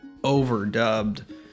overdubbed